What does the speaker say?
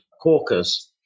caucus